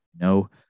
No